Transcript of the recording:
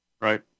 Right